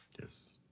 Yes